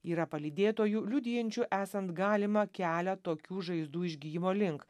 yra palydėtojų liudijančių esant galimą kelią tokių žaizdų išgijimo link